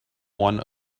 one